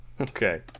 Okay